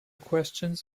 questions